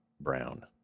Brown